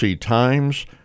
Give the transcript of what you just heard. Times